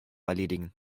erledigen